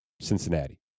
Cincinnati